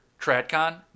Tradcon